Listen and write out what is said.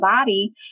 body